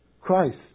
Christ